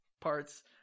parts